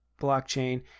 blockchain